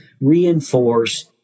reinforce